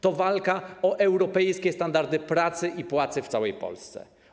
To walka o europejskie standardy pracy i płacy w całej Polsce.